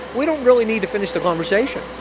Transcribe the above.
we don't really need to finish the conversation.